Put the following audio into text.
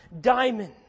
diamond